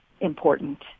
important